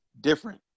different